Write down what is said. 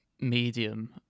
medium